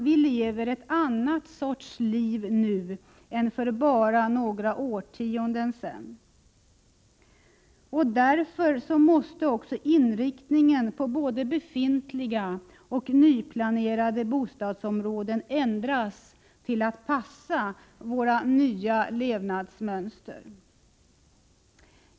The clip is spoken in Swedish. Vi lever en annan sorts liv nu än för bara några årtionden sedan. Därför måste också inriktningen på både befintliga och nyplanerade bostadsområden ändras till att passa våra nya levnadsmönster.